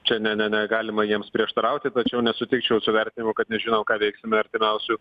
čia ne ne negalima jiems prieštarauti tačiau nesutikčiau su vertinimu kad nežinau ką veiksime artimiausiu